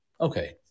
Okay